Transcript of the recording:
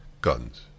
Guns